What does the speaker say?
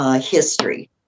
history